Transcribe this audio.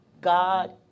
God